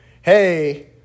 hey